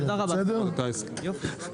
בסדר?